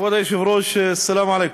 כבוד היושב-ראש, סלאם עליכום.